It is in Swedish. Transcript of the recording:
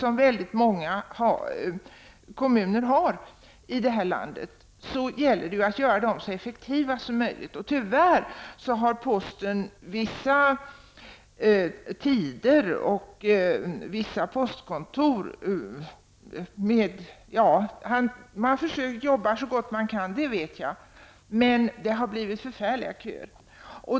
Då gäller det att göra dessa kontor så effektiva som möjligt. Tyvärr finns det postkontor där det blir förfärliga köer.